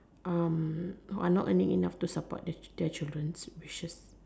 who are not earning enough to support their their children wishes